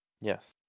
Yes